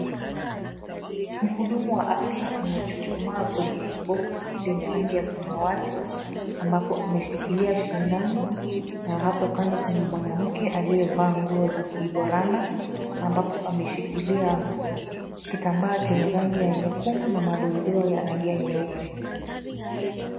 Mhudumu wa afya amechuchumaa kwenye boksi lenye rangi ya samawati. Ambapo ameshikilia shindano na hapo kando kuna mwanamke aliyevaa nguo za kiborana, ambapo ameshikilia kitambaa chenye rangi ya nyekundu na madoadoa ya rangi ya nyeupe.